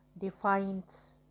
defines